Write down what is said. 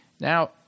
Now